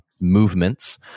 movements